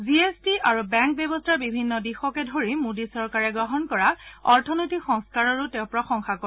G S T আৰু bank ব্যৱস্থাৰ বিভিন্ন দিশকে ধৰি মোদী চৰকাৰে গ্ৰহণ কৰা অৰ্থনৈতিক সংস্থাৰৰো তেওঁ প্ৰশংসা কৰে